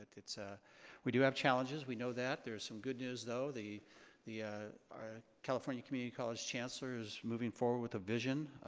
ah we do have challenges, we know that. there's some good news, though. the the ah ah california community college chancellor is moving forward with a vision